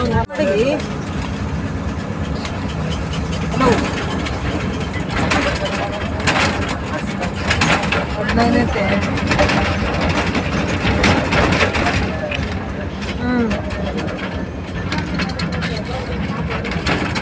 ಅಮೃತ ಮಹಲ್ ಆಕಳಗ ಯಾವ ಹುಲ್ಲು ಹಾಕಬೇಕು?